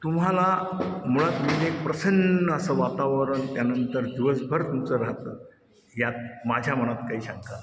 तुम्हाला मुळात मी एक प्रसन्न असं वातावरण त्यानंतर दिवसभर तुमचं राहतं यात माझ्या मनात काही शंका नाही